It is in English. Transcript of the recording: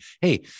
Hey